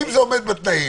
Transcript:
הכוונה לסוכה,